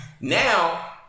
Now